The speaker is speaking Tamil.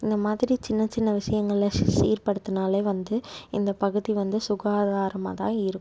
இந்த மாதிரி சின்ன சின்ன விஷயங்களை சீர்படுத்தினாலே வந்து இந்த பகுதி வந்து சுகாதாரமாகதான் இருக்கும்